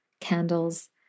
candles